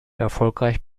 erfolgreich